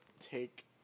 take